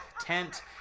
tent